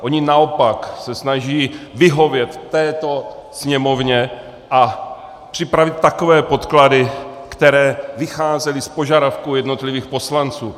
Oni naopak se snaží vyhovět této Sněmovně a připravit takové podklady, které vycházely z požadavků jednotlivých poslanců.